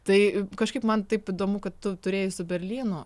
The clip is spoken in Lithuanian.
tai kažkaip man taip įdomu kad tu turėjai su berlynu